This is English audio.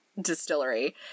distillery